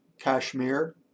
Kashmir